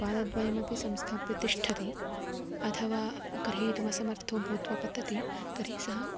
पादद्वयमपि संस्थाप्य तिष्ठति अथवा ग्रहीतुम् असमर्थो भूत्वा पतति तर्हि सः